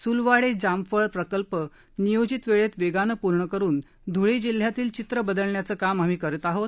स्लवाडे जामफळ प्रकल्प नियोजित वेळेत वेगाने पूर्ण करुन ध्ळे जिल्ह्यातील चित्र बदलण्याचे काम आम्ही करीत आहोत